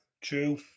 True